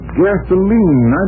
gasoline